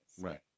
Right